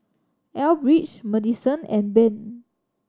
Elbridge Madisen and Ben